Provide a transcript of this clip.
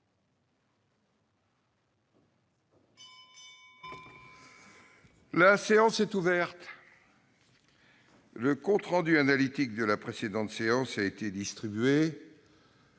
La séance est ouverte. Le compte rendu analytique de la précédente séance a été distribué.